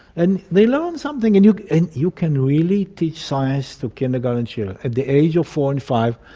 and they learned something. and you and you can really teach science to kindergarten children. at the age of four and five,